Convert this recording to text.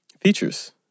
features